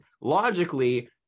logically